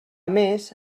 més